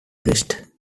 breast